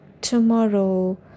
tomorrow